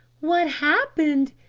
what happened?